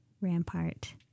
rampart